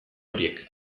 horiek